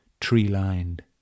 tree-lined